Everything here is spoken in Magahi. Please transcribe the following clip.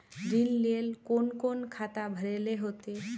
ऋण लेल कोन कोन खाता भरेले होते?